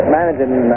managing